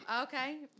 Okay